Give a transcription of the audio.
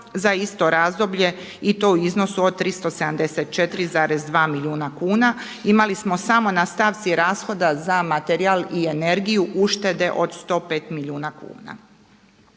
za isto razdoblje i to u iznosu od 374,2 milijuna kuna. Imali smo samo na stavci rashoda za materijal i energiju uštede od 105 milijuna kuna.